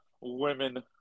women